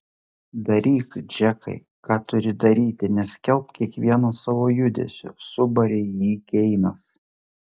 daryk džekai ką turi daryti neskelbk kiekvieno savo judesio subarė jį keinas